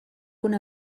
una